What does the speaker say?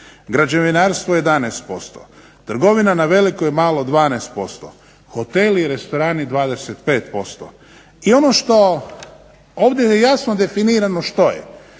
građevinarstvo 1%, trgovina na veliko i malo 12%, hoteli i restorani 25%. I ono što ovdje je jasno definirano što je,